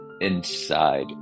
inside